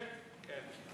כן.